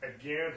again